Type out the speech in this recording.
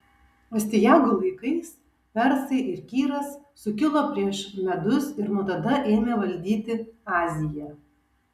astiago laikais persai ir kyras sukilo prieš medus ir nuo tada ėmė valdyti aziją